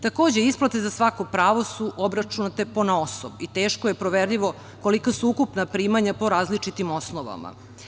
Takođe, isplate za svako pravo su obračunate ponaosob i teško je proverljivo kolika su ukupna primanja po različitim osnovama.